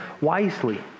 wisely